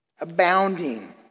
abounding